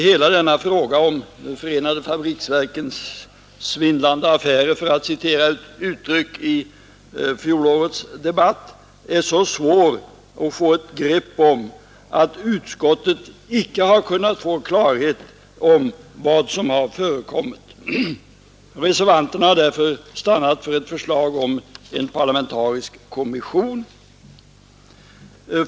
Hela denna fråga om ”förenade fabriksverkens svindlande affärer”, för att citera ett uttryck i fjolårets debatt, är så svår att få ett grepp om att utskottet icke har kunnat få klarhet i vad som har förekommit. Reservanterna har därför stannat för ett förslag om tillsättande av en parlamentarisk kommission.